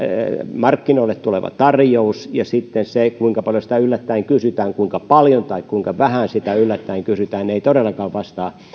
markkinoille tuleva tarjous ja sitten se kuinka paljon sitä yllättäen kysytään siis kuinka paljon tai kuinka vähän sitä yllättäen kysytään eivät todellakaan vastaa